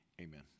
amen